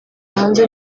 hanze